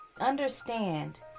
understand